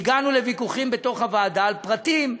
הגענו לוויכוחים בתוך הוועדה על פרטים,